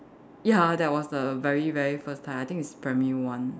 ya that was the very very first time I think it's primary one